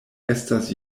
estas